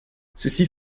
ceci